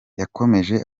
yakomeje